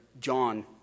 John